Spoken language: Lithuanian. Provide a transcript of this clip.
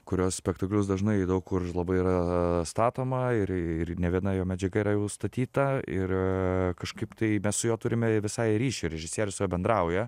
kurio spektaklius dažnai daug kur labai yra statoma ir ir ne viena jo medžiaga yra jau statyta ir kažkaip tai mes su juo turime visai ryšį režisierius su juo bendrauja